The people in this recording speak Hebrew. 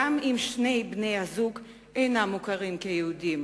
גם אם שני בני-הזוג אינם מוכרים כיהודים